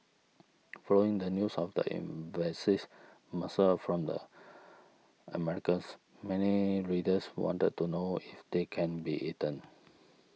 following the news of the invasive mussel from the Americas many readers wanted to know if they can be eaten